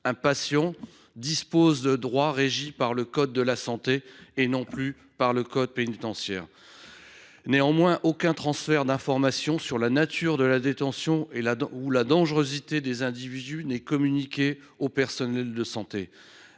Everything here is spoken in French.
patient dispose de droits régis par le code de la santé publique et non plus par le code pénitentiaire. Néanmoins, aucune information relative à la nature de la détention ou à la dangerosité des individus n’est communiquée aux personnels de santé.